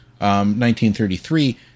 1933